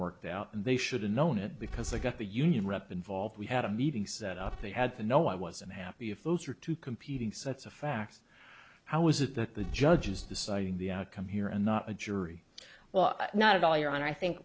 worked out and they should have known it because they got the union rep involved we had a meeting set up they had to know i was unhappy if those are two competing sets of facts how is it that the judge is deciding the outcome here and not a jury well not at all your honor i think